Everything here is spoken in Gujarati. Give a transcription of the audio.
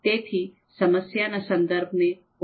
તેથી સમસ્યાના સંદર્ભને ઓળખવું ખૂબ મહત્વનું છે